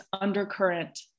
undercurrent